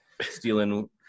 stealing